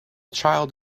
child